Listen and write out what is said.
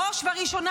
בראש ובראשונה,